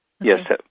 Yes